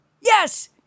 Yes